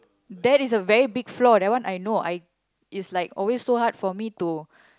that is a very big flaw that one I know I it's like always so hard for me to